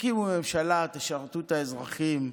תקימו ממשלה, תשרתו את האזרחים.